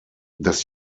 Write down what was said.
das